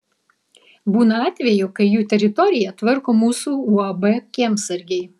būna atvejų kai jų teritoriją tvarko mūsų uab kiemsargiai